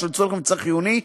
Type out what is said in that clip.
בשל צורך מבצעי חיוני,